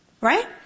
Right